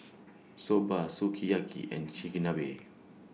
Soba Sukiyaki and Chigenabe